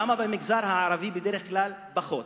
למה במגזר הערבי בדרך כלל פחות?